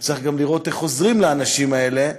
וצריך גם לראות איך עוזרים לאנשים האלה.